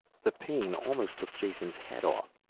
the pain almost took jason's head off.